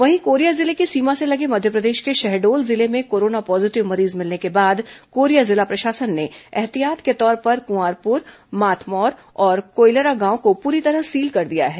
वहीं कोरिया जिले की सीमा से लगे मध्यप्रदेश को शहडोल जिले में कोरोना पॉजीटिव मरीज मिलने के बाद कोरिया जिला प्रशासन ने एहतियात के तौर पर कुआंरपुर माथमौर और कोइलरा गांव को पूरी तरह सील कर दिया है